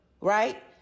right